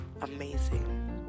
amazing